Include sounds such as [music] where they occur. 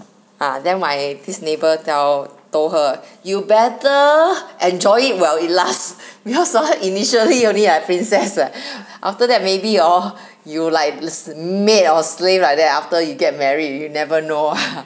ah then my this neighbour tell told her you [breath] better enjoy it while it lasts [breath] because he initially only at ah like princess ah [breath] after that maybe hor [breath] you like listen maid or slave like that after you get married you never know [noise]